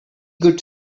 could